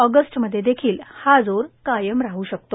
ऑगस्टमध्येदेखिल हा जोर कायम राहू कतो